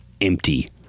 empty